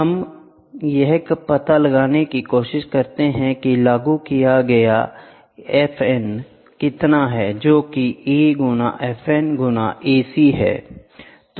हम यह पता लगाने की कोशिश करते हैं कि लागू किया गया Fn कितना है जोकि A गुना Fn गुना Ac है